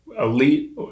elite